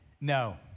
No